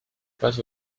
pas